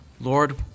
Lord